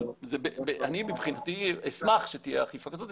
אבל אני מבחינתי אשמח שתהיה אכיפה כזאת.